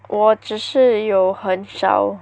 我只是有很少